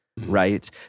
Right